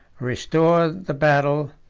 restored the battle,